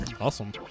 Awesome